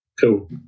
cool